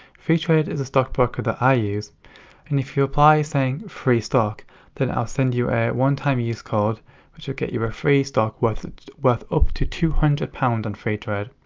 freetrade is a stock broker that i use and if you reply saying free stock then i'll send you a one-time use code, which will get you a free stock worth worth up to two hundred pounds on freetrade.